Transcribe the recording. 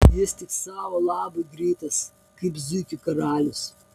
jis tik savo labui greitas kaip zuikių karalius